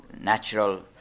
natural